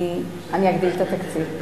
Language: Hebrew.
אני אגדיל את התקציב.